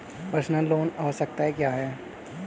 Personal loan की आवश्यकताएं क्या हैं?